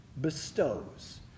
bestows